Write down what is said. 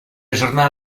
jornada